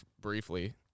briefly